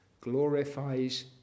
glorifies